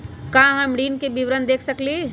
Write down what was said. का हम ऋण के विवरण देख सकइले?